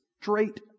straight